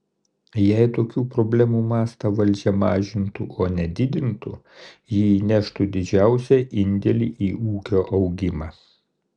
jei tokių problemų mastą valdžia mažintų o ne didintų ji įneštų didžiausią indėlį į ūkio augimą